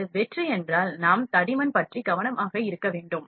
அது வெற்று என்றால் நாம் தடிமன் பற்றி கவனமாக இருக்க வேண்டும்